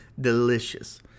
delicious